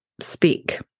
speak